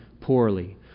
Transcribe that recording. poorly